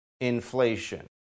inflation